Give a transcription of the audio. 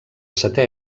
setè